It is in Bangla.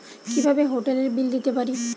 কিভাবে হোটেলের বিল দিতে পারি?